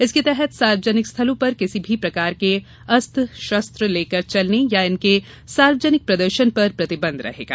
जिसके तहत सार्वजनिक स्थलों पर किसी भी प्रकार के अस्त्रशस्त्र लेकर चलने या इनके सार्वजनिक प्रदर्शन पर प्रतिबंध रहेगा